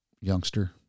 youngster